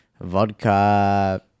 Vodka